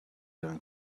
gonna